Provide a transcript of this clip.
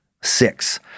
six